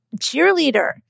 cheerleader